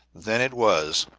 then it was,